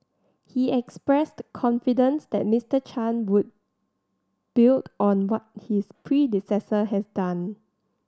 he expressed confidence that Mister Chan would build on what his predecessor has done